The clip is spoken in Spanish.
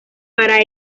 para